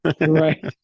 Right